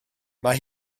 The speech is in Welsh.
mae